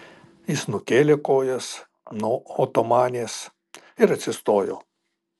jis nukėlė kojas nuo otomanės ir atsistojo